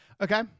Okay